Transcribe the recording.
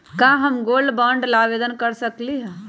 का हम gold bond ला आवेदन कर सकली ह?